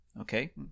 Okay